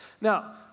Now